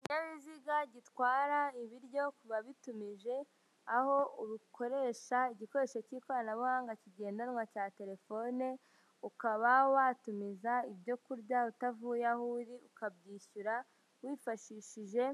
Ikinyabiziga gitwara ibiryo ku babitumije aho ukoresha igikoresho cy'ikoranabuhanga kigendanwa cya telefone ukaba watumiza ibyo kurya utavuye aho uri ukabyishyura wifashishije